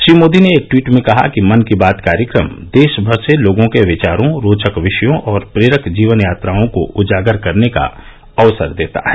श्री मोदी ने एक ट्वीट में कहा कि मन की बात कार्यक्रम देशमर से लोगों के विचारों रोचक विषयों और प्रेरक जीवन यात्राओं को उजागर करने का अवसर देता है